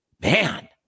Man